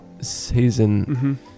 season